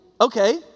Okay